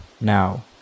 now